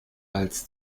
als